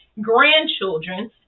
grandchildren